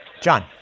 John